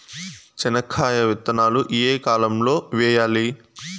చెనక్కాయ విత్తనాలు ఏ కాలం లో వేయాలి?